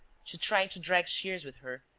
she tried to drag shears with her.